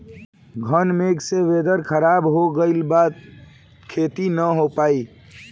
घन मेघ से वेदर ख़राब हो गइल बा खेती न हो पाई